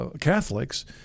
Catholics